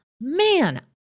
man